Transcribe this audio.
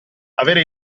avere